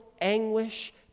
anguish